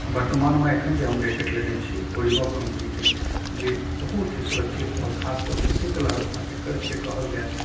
वर्तमानमे एखन जे हम जैकेट लेने छी ओ रीबॉक कम्पनीके अछि जे बहुत ही सुरक्षित आओर खास कऽ कऽ शीत लहरमे एकर जे कहल जाय